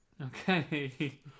Okay